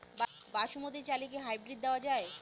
বাসমতী চালে কি হাইব্রিড দেওয়া য়ায়?